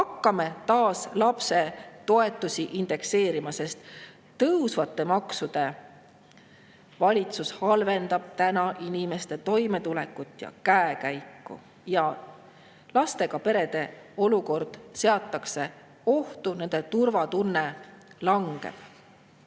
Hakkame taas lapsetoetusi indekseerima, sest tõusvate maksude valitsus halvendab täna inimeste toimetulekut ja käekäiku ja lastega perede olukord seatakse ohtu, nende turvatunne langeb.